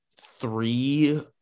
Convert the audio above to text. three